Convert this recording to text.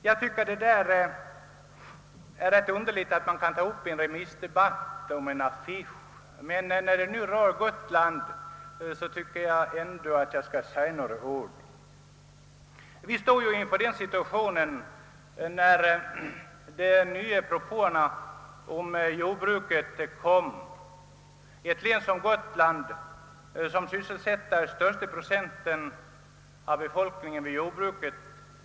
Jag tycker att det är rätt underligt att man i en remissdebatt kan tala om en affisch, men när det nu rör Gotland tycker jag att det är på sin plats att jag ändå säger några ord. När de nya propåerna om jordbruket kom, stod vi i ett län som Gotlands, som sysselsätter den största procenten av sin befolkning inom jordbruket, i en särskild situation.